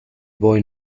boy